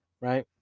Right